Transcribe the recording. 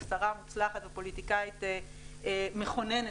כשרה מוצלחת ופוליטיקאית מכוננת,